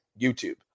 YouTube